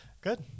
Good